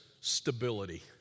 stability